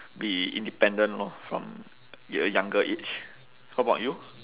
be independent lor from a younger age how about you